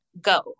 go